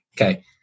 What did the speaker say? okay